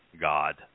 God